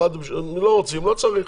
לא רוצים לא צריך.